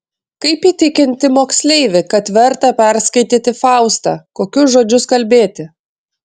kaip įtikinti moksleivį kad verta perskaityti faustą kokius žodžius kalbėti